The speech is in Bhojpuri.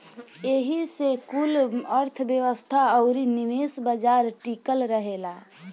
एही से कुल अर्थ्व्यवस्था अउरी निवेश बाजार टिकल रहेला